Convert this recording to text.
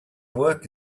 work